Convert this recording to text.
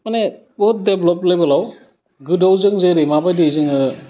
माने बुहुत देभेलप्त लेभेलाव गोदोआव जों जेरै माबायदियै जोङो